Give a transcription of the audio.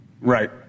Right